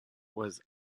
was